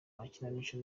amakinamico